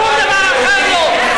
שלא ימכרו גיורים